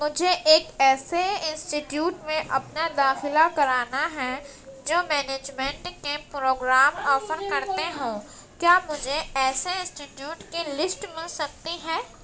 مجھے ایک ایسے انسٹیٹیوٹ میں اپنا داخلہ کرانا ہے جو مینجمنٹ کے پروگرام آفر کرتے ہوں کیا مجھے ایسے انسٹیٹیوٹ کی لسٹ مل سکتی ہے